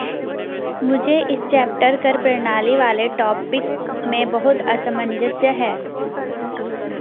मुझे इस चैप्टर कर प्रणाली वाले टॉपिक में बहुत असमंजस है